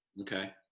Okay